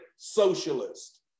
socialist